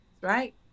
Right